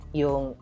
yung